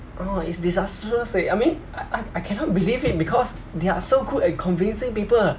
oh it's disastrous eh I mean I I cannot believe it because they are so good at convincing people